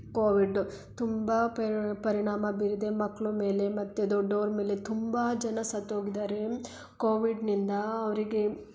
Covid ತುಂಬ ಪರಿಣಾಮ ಬೀರಿದೆ ಮಕ್ಳ ಮೇಲೆ ಮತ್ತು ದೊಡ್ಡೋರ ಮೇಲೆ ತುಂಬ ಜನ ಸತ್ತೋಗಿದ್ದಾರೆ ಕೋವಿಡ್ನಿಂದ ಅವರಿಗೆ